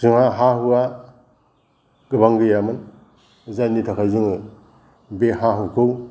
जोंहा हा हुआ गोबां गैयामोन जायनि थाखाय जोङो बे हा हुखौ